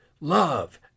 Love